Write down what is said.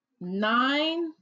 nine